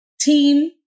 team